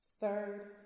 Third